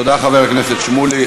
תודה, חבר הכנסת שמולי.